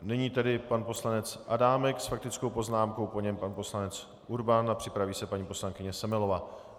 Nyní tedy pan poslanec Adámek s faktickou poznámkou, po něm pan poslanec Urban a připraví se paní poslankyně Semelová.